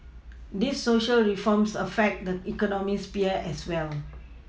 these Social reforms affect the economic sphere as well